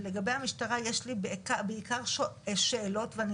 ולגבי המשטרה יש לי בעיקר שאלות ואני